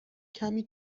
کمی